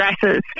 dresses